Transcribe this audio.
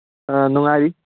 ꯑꯥ ꯅꯨꯡꯉꯥꯏꯔꯤ